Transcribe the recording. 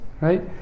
right